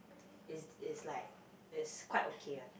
is is like is quite okay one